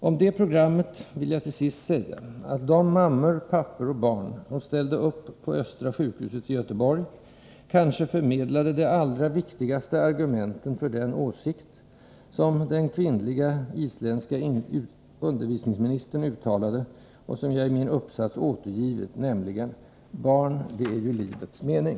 Om det programmet vill jag till sist säga att de mammor, pappor och barn som ställde upp på Östra sjukhuset i Göteborg kanske förmedlade de allra viktigaste argumenten för den åsikt som den kvinnliga, isländska undervisningsministern uttalade, och som jag i min uppsats återgivit, nämligen: Barn — det är ju livets mening.